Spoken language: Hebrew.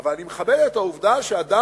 אבל אני מכבד את העובדה שאדם